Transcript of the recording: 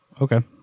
Okay